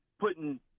putting